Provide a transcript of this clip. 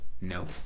No